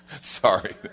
Sorry